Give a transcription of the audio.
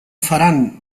faran